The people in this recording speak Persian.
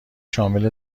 شامل